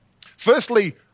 Firstly